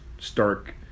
stark